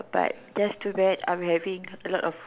but that's too bad I'm having a lot